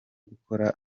gukora